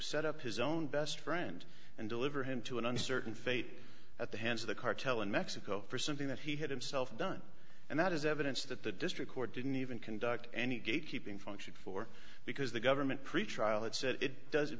set up his own best friend and deliver him to an uncertain fate at the hands of the cartel in mexico for something that he had himself done and that is evidence that the district court didn't even conduct any gatekeeping function for because the government pretrial it said it does it